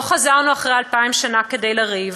לא חזרנו אחרי אלפיים שנה כדי לריב,